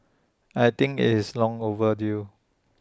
I think it's long overdue